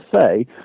say